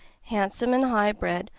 handsome and high-bred,